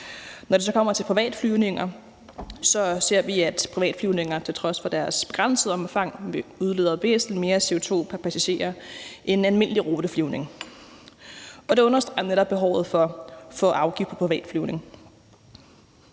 Når det så kommer til privatflyvninger, ser vi, at privatflyvninger til trods for deres begrænsede omfang udleder væsentlig mere CO2 pr. passager end almindelig ruteflyvning. Og det understreger netop behovet for afgift på privatflyvning.